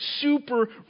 super